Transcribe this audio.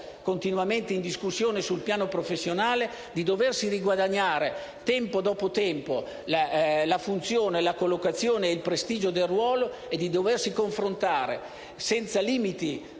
continuamente in discussione sul piano professionale, di doversi riguadagnare, tempo dopo tempo, la funzione, la collocazione ed il prestigio del ruolo e di doversi confrontare senza limiti